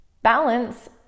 Balance